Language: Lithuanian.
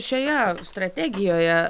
šioje strategijoje